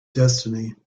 destiny